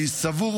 אני סבור,